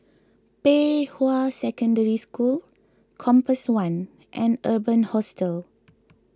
Pei Hwa Secondary School Compass one and Urban Hostel